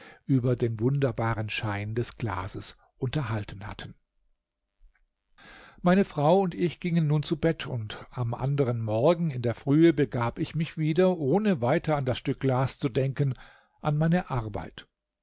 über den wunderbaren schein des glases unterhalten hatten meine frau und ich gingen nun zu bett und am anderen morgen in der frühe begab ich mich wieder ohne weiter an das stück glas zu denken an meine arbeit